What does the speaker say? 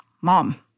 mom